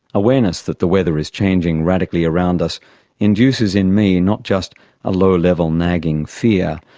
awareness that the weather is changing radically around us induces in me not just a low-level, nagging fear,